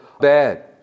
bad